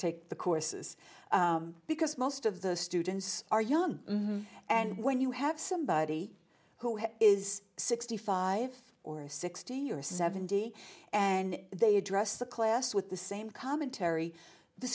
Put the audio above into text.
take the courses because most of the students are young and when you have somebody who is sixty five or sixty or seventy and they address the class with the same commentary the